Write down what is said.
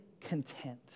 content